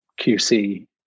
QC